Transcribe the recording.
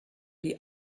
die